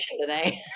today